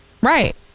right